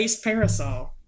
parasol